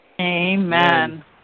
Amen